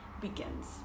begins